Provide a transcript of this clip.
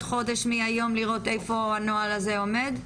חודש מהיום לראות איפה הנוהל הזה עומד?